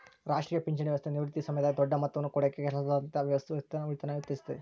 ರಾಷ್ಟ್ರೀಯ ಪಿಂಚಣಿ ವ್ಯವಸ್ಥೆ ನಿವೃತ್ತಿ ಸಮಯದಾಗ ದೊಡ್ಡ ಮೊತ್ತವನ್ನು ಕೊಡಕ ಕೆಲಸದಾದ್ಯಂತ ವ್ಯವಸ್ಥಿತ ಉಳಿತಾಯನ ಉತ್ತೇಜಿಸುತ್ತತೆ